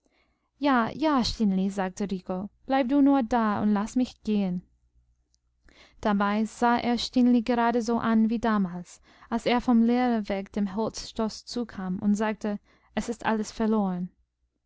ja ja stineli sagte rico bleib du nur da und laß mich gehen dabei sah er stineli gerade so an wie damals als er vom lehrer weg dem holzstoß zu kam und sagte es ist alles verloren